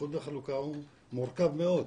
איחוד וחלוקה הוא מורכב מאוד.